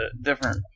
different